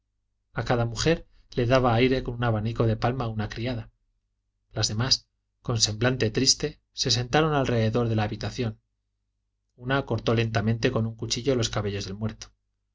a cada mujer le daba aire con un abanico de palma una criada las demás con semblante triste se sentaron alrededor de la habitación una cortó lentamente con un cuchillo los cabellos del muerto